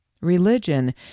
Religion